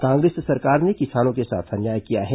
कांग्रेस सरकार ने किसानों के साथ अन्याय किया है